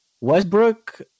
Westbrook